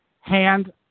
hand